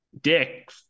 Dick